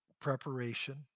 preparation